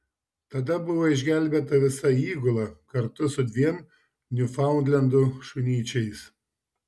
tada buvo išgelbėta visa įgula kartu su dviem niufaundlendų šunyčiais